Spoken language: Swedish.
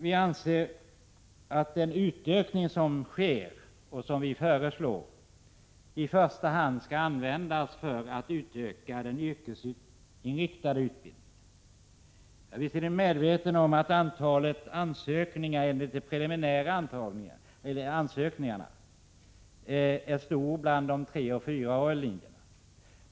Vianser att den utökning som vi föreslår i första hand skall användas för att utöka den yrkesinriktade utbildningen. Jag är visserligen medveten om att antalet ansökningar enligt den preliminära intagning som gäller de treoch fyraåriga linjerna är stort.